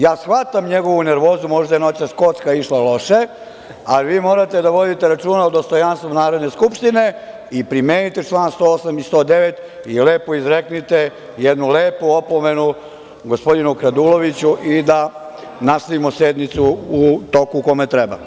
Ja shvatam njenu nervozu, možda je noćas kocka išla loše, ali vi morate da vodite računa o dostojanstvu Narodne skupštine i primenite članove 108. i 109. i lepo izrecite jednu lepu opomenu gospodinu kraduloviću i da nastavimo sednicu u toku u kome treba.